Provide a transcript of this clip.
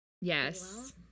Yes